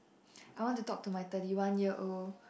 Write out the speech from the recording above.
I want to talk to my thirty one year old